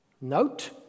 note